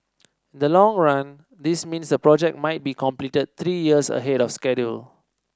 the long run this means the project might be completed three years ahead of schedule